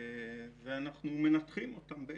ואנחנו מנתחים אותם בהתאם.